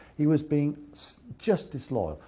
he was being just disloyal.